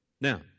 Now